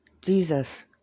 Jesus